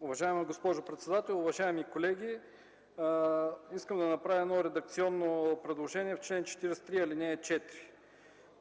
Уважаема госпожо председател, уважаеми колеги! Искам да направя едно редакционно предложение в чл. 43, ал.